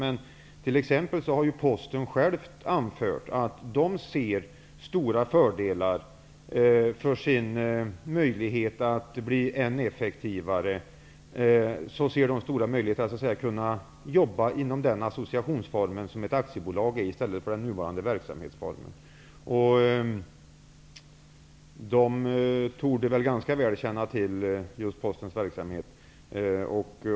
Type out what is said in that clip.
Men exempelvis har företrädare för Posten själva anfört att de ser stora möjligheter för Posten att bli än effektivare genom att jobba inom den associationsform som ett aktiebolag är, i stället för den nuvarande verksamhetsformen. De torde väl ganska bra känna till just Postens verksamhet.